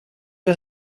was